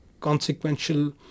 consequential